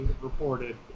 reported